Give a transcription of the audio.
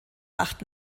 wacht